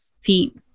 feet